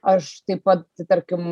aš taip pat tarkim